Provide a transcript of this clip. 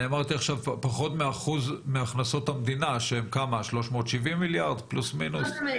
אמרתי פחות מ-1% מהכנסות המדינה שהן 370 מיליארד פלוס מינוס?